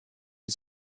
die